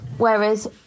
Whereas